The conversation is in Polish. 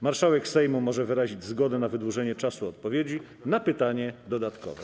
Marszałek Sejmu może wyrazić zgodę na wydłużenie czasu odpowiedzi na pytanie dodatkowe.